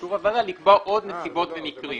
באישור הוועדה, לקבוע עוד נסיבות ומקרים.